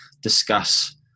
discuss